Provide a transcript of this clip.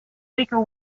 beaker